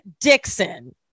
Dixon